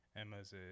Emma's